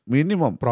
Minimum